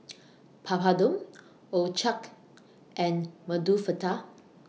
Papadum Ochazuke and Medu Vada